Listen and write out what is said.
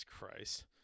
Christ